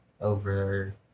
over